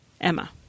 Emma